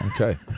Okay